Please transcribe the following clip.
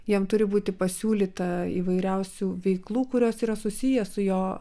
jam turi būti pasiūlyta įvairiausių veiklų kurios yra susiję su jo